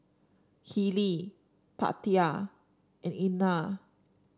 Kelli Tatia and Einar